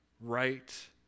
right